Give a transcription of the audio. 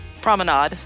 Promenade